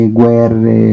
guerre